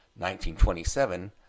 1927